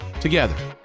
together